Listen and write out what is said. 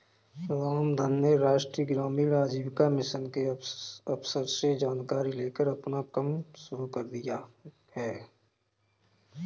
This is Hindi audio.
रामधन ने राष्ट्रीय ग्रामीण आजीविका मिशन के अफसर से जानकारी लेकर अपना कम शुरू कर दिया है